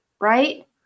right